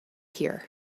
here